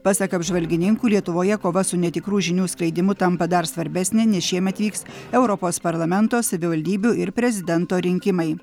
pasak apžvalgininkų lietuvoje kova su netikrų žinių skleidimu tampa dar svarbesnė nes šiemet vyks europos parlamento savivaldybių ir prezidento rinkimai